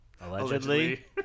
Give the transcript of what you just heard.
Allegedly